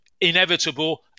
Inevitable